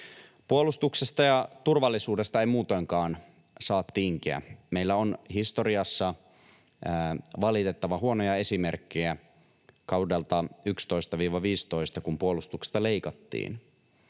Puolustuksesta ja turvallisuudesta ei muutenkaan saa tinkiä. Meillä on historiassa valitettavan huonoja esimerkkejä kaudelta 11—15, kun puolustuksesta leikattiin.